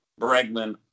Bregman